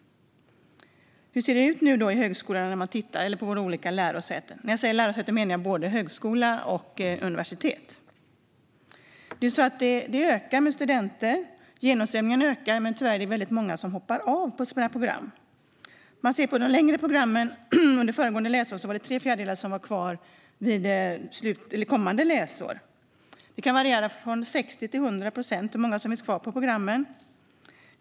Hur ser det då ut på våra olika lärosäten? När jag säger "lärosäten" menar jag både högskolor och universitet. Antalet studenter ökar. Genomströmningen ökar, men tyvärr är det väldigt många som hoppar av sina program. Under föregående läsår var det på de längre programmen tre fjärdedelar som blev kvar till kommande läsår. Det kan variera från 60 till 100 procent hur många som finns kvar på programmen.